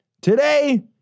today